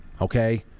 okay